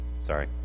Sorry